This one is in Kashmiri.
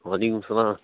وَعلیکُم سَلام